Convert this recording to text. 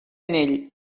anell